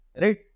right